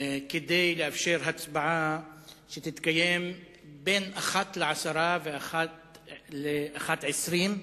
כדי לקיים הצבעה בין 13:10 ל-13:20,